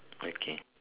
okay